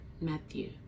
matthew